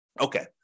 Okay